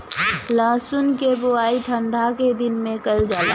लहसुन के बोआई ठंढा के दिन में कइल जाला